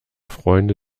freunde